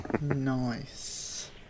Nice